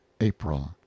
April